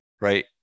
right